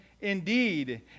indeed